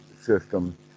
system